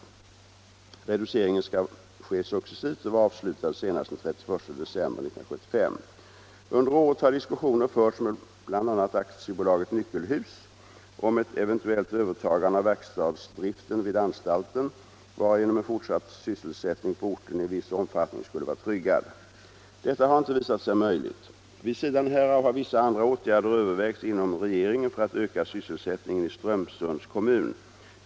Reduceringen skall ske successivt och vara avslutad senast den 31 december 1975. Under året har diskussioner förts med bl.a. Aktiebolaget Nyckelhus om ett eventuellt övertagande av verkstadsdriften vid anstalten, varigenom en fortsatt sysselsättning på orten i viss omfattning skulle vara tryggad. Detta har inte visat sig möjligt. Vid sidan härav har vissa andra åtgärder övervägts inom regeringen för att öka sysselsättningen i Strömsunds kommun.